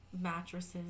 mattresses